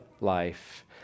life